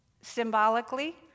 symbolically